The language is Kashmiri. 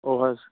او حظ